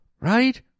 Right